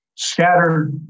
scattered